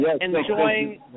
enjoying